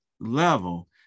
level